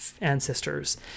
ancestors